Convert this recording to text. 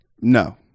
No